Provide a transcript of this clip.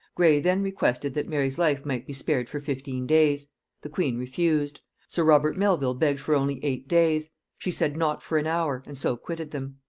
gray then requested that mary's life might be spared for fifteen days the queen refused sir robert melvil begged for only eight days she said not for an hour, and so quitted them.